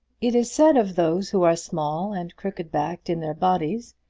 it is said of those who are small and crooked-backed in their bodies,